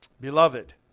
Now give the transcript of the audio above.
Beloved